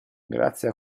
grazie